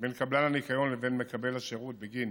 בין קבלן הניקיון לבין מקבל השירות בגין